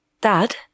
Dad